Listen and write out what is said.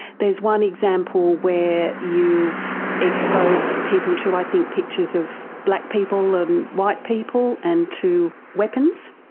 there is one example where you expose people to i think pictures of black people and white people and to weapons.